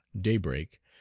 daybreak